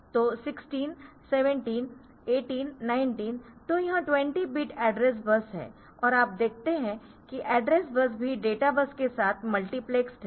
तो 16 17 18 19 तो यह 20 बिट एड्रेस बस है और आप देखते है कि एड्रेस बस भी डेटा बस के साथ मल्टीप्लेसड है